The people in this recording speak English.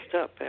up